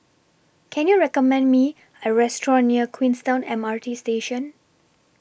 Can YOU recommend Me A Restaurant near Queenstown M R T Station